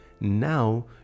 now